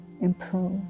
improve